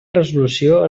resolució